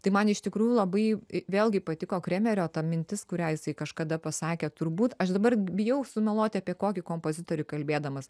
tai man iš tikrųjų labai vėlgi patiko kremerio ta mintis kurią jisai kažkada pasakė turbūt aš dabar bijau sumeluoti apie kokį kompozitorių kalbėdamas